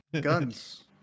Guns